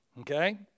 Okay